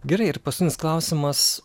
gerai ir paskutinis klausimas